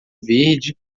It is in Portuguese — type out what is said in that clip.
verde